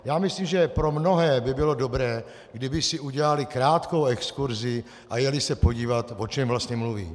Já myslím, že pro mnohé by bylo dobré, kdyby si udělali krátkou exkurzi a jeli se podívat, o čem vlastně mluví.